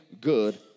good